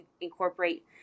incorporate